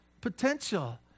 Potential